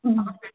ಹ್ಞೂ ಮ್ಯಾಮ್